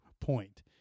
point